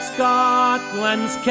Scotland's